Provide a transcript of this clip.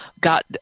got